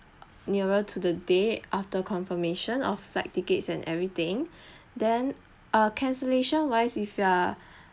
nearer to the day after confirmation of flight tickets and everything then err cancellation wise if you are